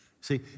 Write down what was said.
See